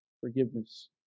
forgiveness